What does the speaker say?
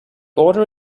order